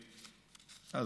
אה,